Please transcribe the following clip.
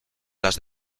las